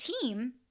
team